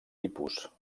tipus